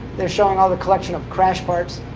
they're showing all the collection of crash parts.